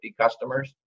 customers